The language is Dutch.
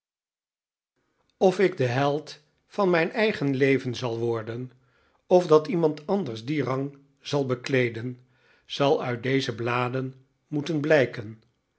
of ik de held van mijn eigen leven zal worden of dat iemand anders dien rang zal bekleeden zal uit deze bladen moeten blijken